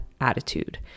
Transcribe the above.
Attitude